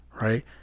right